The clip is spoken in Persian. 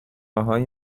های